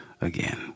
again